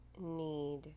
need